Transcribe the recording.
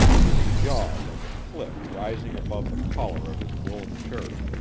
his jaw like a cliff rising above the collar of his woollen shirt,